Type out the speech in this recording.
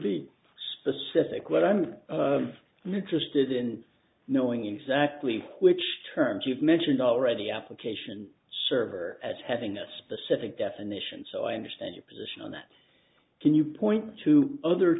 be specific what i'm interested in knowing exactly which terms you've mentioned already application server as having a specific definition so i understand your position on that can you point to other